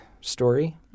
story